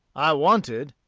i wanted,